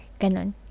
kanon